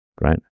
right